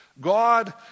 God